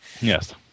yes